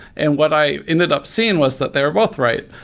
and what i ended up seeing was that they're both right.